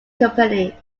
company